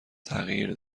تغییر